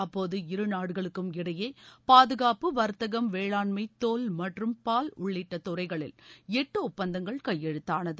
அப்போது இரு நாடுகளுக்கு இடையே பாதுகாப்பு வர்த்தகம் வேளாண்மை தோல் மற்றும் பால் உள்ளிட்ட துறைகளில் எட்டு ஒப்பந்தங்கள் கையெழுத்தானது